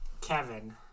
Kevin